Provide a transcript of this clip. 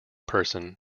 person